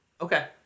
Okay